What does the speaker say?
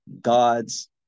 God's